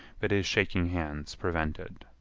but his shaking hands prevented.